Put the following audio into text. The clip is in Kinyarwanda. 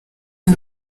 uyu